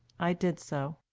i did so.